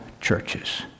churches